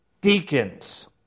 deacons